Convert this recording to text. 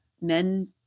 men